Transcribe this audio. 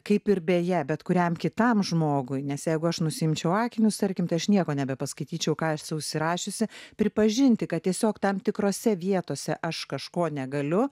kaip ir beje bet kuriam kitam žmogui nes jeigu aš nusiimčiau akinius tarkim tai aš nieko nebepaskaityčiau ką esu užsirašiusi pripažinti kad tiesiog tam tikrose vietose aš kažko negaliu